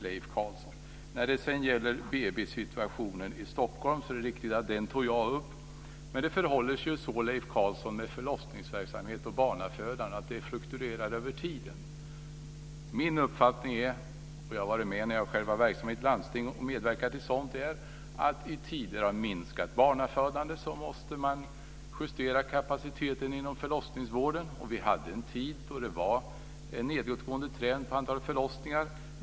Det är riktigt att jag tog upp BB-situationen i Stockholm. Men det förhåller sig så med förlossningsverksamhet och barnafödande, Leif Carlson, att det fluktuerar över tiden. Min uppfattning är - jag har varit med om att medverka till sådant när jag själv var verksam i ett landsting - att man måste justera kapaciteten inom förlossningsvården i tider av minskat barnafödande. Vi hade en tid då det var en nedåtgående trend vad gällde antalet förlossningar.